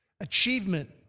achievement